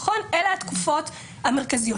אלה הן התקופות המרכזיות.